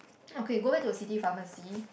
okay go back to a city pharmacy